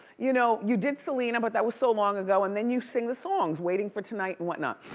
you know, you did selena, but that was so long ago. and then you sing the songs. waiting for tonight, and whatnot.